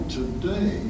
today